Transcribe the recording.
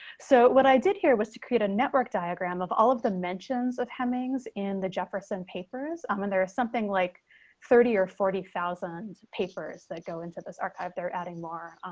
so what i did here was to create a network diagram of all of the mentions of hemmings in the jefferson papers um and there is something like thirty or forty thousand papers that go into this archive, they're adding more